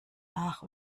nach